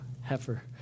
heifer